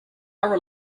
are